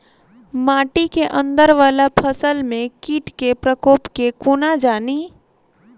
माटि केँ अंदर वला फसल मे कीट केँ प्रकोप केँ कोना जानि?